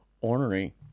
ornery